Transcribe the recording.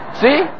See